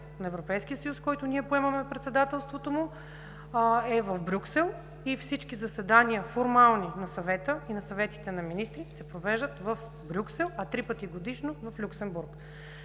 на Европейския съюз, на който поемаме председателството, е в Брюксел и всички формални заседания на Съвета и на съветите на министрите се провеждат в Брюксел, а три пъти годишно – в Люксембург.